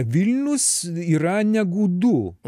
vilnius yra ne gudų